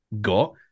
got